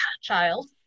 child